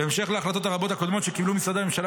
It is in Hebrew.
בהמשך להחלטות הרבות הקודמות שקיבלו משרדי הממשלה